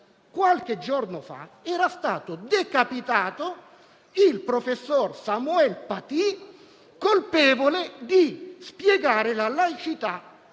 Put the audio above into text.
Qualche giorno fa era stato decapitato il professor Samuel Paty, colpevole di aver spiegato la laicità